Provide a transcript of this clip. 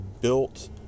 built